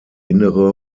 innere